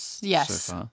Yes